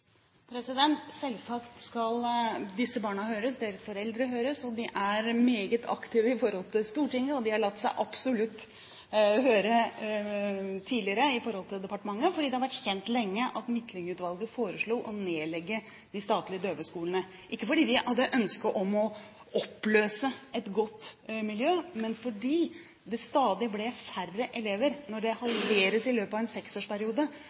Selvsagt skal disse barna høres, og deres foreldre skal høres. De er meget aktive overfor Stortinget, og de har absolutt latt seg høre tidligere i departementet, fordi det har vært kjent lenge at Midtlyng-utvalget foreslo å nedlegge de statlige døveskolene – ikke fordi de hadde et ønske om å oppløse et godt miljø, men fordi det stadig ble færre elever. Når antallet halveres i løpet av en seksårsperiode,